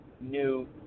new